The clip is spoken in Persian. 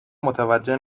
متوجه